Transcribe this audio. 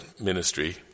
ministry